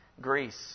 Greece